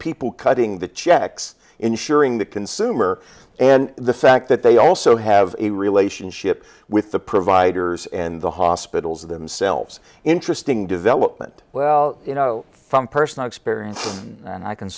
people cutting the checks insuring the consumer and the fact that they also have a relationship with the providers and the hospitals themselves interesting development well you know from personal experience and